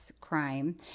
crime